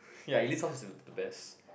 ya Eileen's house is the best